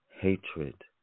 Hatred